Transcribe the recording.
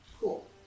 Cool